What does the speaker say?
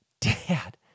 Dad